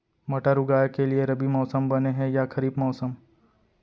मटर उगाए के लिए रबि मौसम बने हे या खरीफ मौसम?